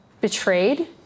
betrayed